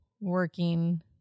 working